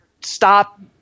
stop –